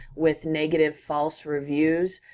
with negative, false reviews,